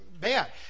bad